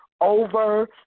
over